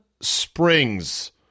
Springs